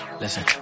listen